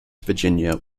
virginia